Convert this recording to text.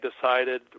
decided